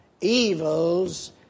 evils